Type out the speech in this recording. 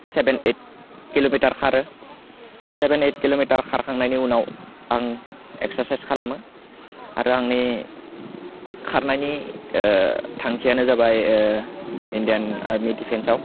seven ओइद kilometre खारो seven ओइद किल'मिटार खारखांनायनि उनाव आं एक्सारसाइस खालामो आरो आंनि खारनायनि थांखियानो जाबाय इण्डियान आर्मि डिफेन्सआव